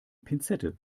pinzette